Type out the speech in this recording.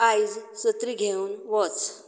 आयज सत्री घेवन वच